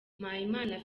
mpayimana